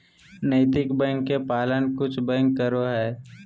नैतिक बैंक के पालन कुछ बैंक करो हइ